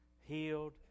healed